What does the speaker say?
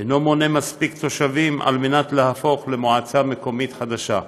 אינו מונה מספיק תושבים כדי להפוך למועצה מקומית חדשה.